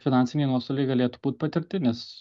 finansiniai nuostoliai galėtų būt patirtinis